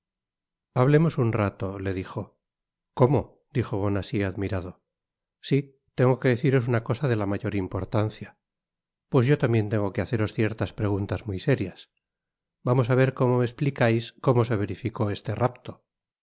hablemos un rato le dijo como dijo bonacieux admirado si tengo que deciros una cosa de la mayor importancia pues yo tambien tengo que haceros ciertas preguntas muy serias vamos á ver como me esplicais como se verificó este rapto